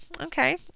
Okay